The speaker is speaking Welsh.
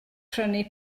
prynu